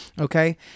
Okay